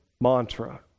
mantra